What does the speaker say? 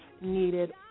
needed